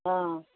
हँ